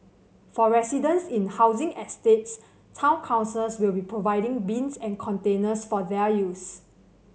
for residents in housing estates town councils will be providing bins and containers for their use